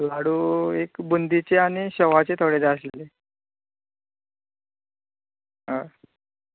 लाडू एक भुंदीचे आनी शवाचे थोडे जाय आशिल्ले हय